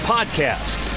Podcast